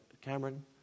Cameron